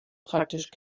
praktisch